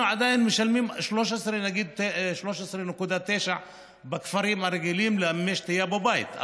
אנחנו עדיין משלמים 13.9 שקל בכפרים הרגילים על מי שתייה בבית,